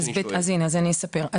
אני אספר.